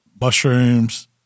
mushrooms